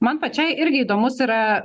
man pačiai irgi įdomus yra